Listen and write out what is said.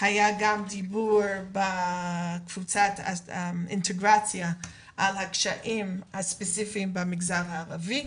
היה גם דיבור בקבוצת אינטגרציה על הקשיים הספציפיים במגזר הערבי.